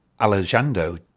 Alejandro